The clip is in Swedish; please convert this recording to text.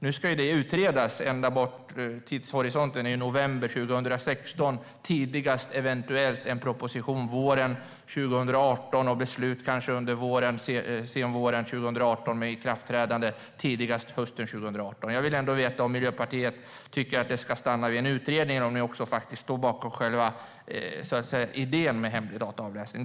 Nu ska det utredas, och tidshorisonten är ända bort i november 2016, eventuellt en proposition tidigast våren 2018 och kanske beslut under senvåren 2018 med ikraftträdande tidigast hösten 2018. Jag vill veta om Miljöpartiet tycker att det ska stanna vid en utredning eller om de står bakom själva idén med hemlig dataavläsning.